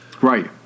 Right